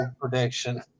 prediction